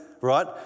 Right